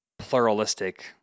pluralistic